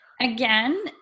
Again